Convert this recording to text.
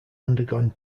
undergone